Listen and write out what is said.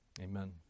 Amen